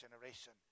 generation